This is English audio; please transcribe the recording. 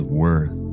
worth